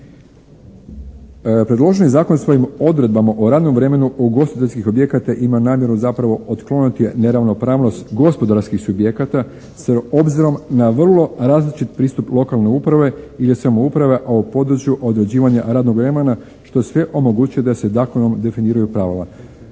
Predloženi zakon svojim odredbama o radnom vremenu ugostiteljskih objekata ima namjeru zapravo otkloniti neravnopravnost gospodarskih subjekata s obzirom na vrlo različ pristup lokalne uprave ili samouprave a u području određivanja radnog vremena, što sve omogućuje da se zakonom definiraju pravila.